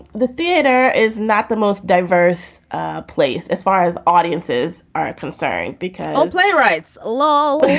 the theater is not the most diverse place as far as audiences are concerned because playwrights lol.